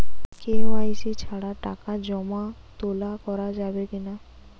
KYC ছাড়া টাকা জমা তোলা করা যাবে কি না?